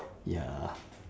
ya